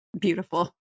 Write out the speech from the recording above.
Beautiful